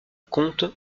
compte